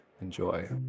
enjoy